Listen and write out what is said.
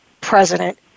President